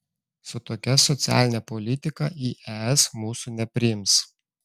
su tokia socialine politika į es mūsų nepriims